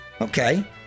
Okay